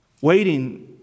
Waiting